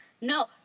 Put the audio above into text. No